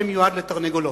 שמיועד לתרנגולות.